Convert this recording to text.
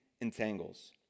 entangles